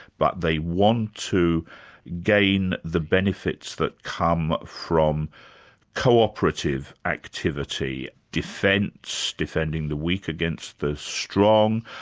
but they want to gain the benefits that come from co-operative activity defence, defending the weak against the strong,